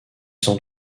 sans